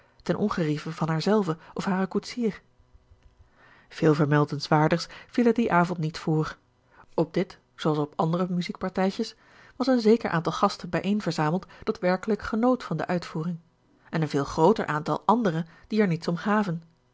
ten ongerieve van haarzelve of haren koetsier veel vermeldenswaardigs viel er dien avond niet voor op dit zooals op andere muziekpartijtjes was een zeker aantal gasten bijeenverzameld dat werkelijk genoot van de uitvoering en een veel grooter aantal andere die er niets om gaven